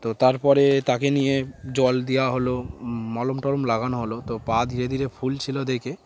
তো তার পরে তাকে নিয়ে জল দেওয়া হলো মলম টরম লাগানো হলো তো পা ধীরে ধীরে ফুলছিল দেখে